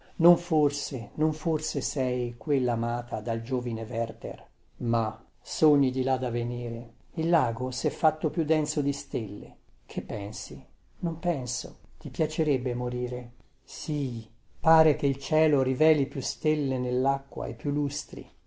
non forse non forse sei quella amata dal giovine werther mah sogni di là da venire il lago sè fatto più denso di stelle che pensi non penso ti piacerebbe morire sì pare che il cielo riveli più stelle nellacqua e più lustri